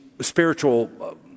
spiritual